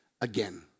again